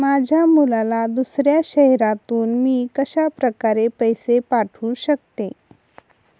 माझ्या मुलाला दुसऱ्या शहरातून मी कशाप्रकारे पैसे पाठवू शकते?